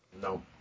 No